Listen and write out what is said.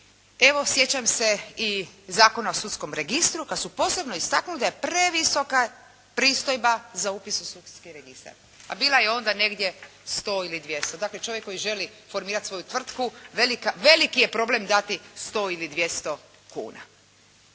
Evo sjećam se i Zakona o sudskom registru kad su posebno istaknuli da je previsoka pristojba za upis u sudski registar a bila je onda negdje 100 ili 200. Dakle, čovjek koji želi formirati svoju tvrtku veliki je problem dati 100 ili 200 kuna.